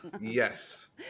Yes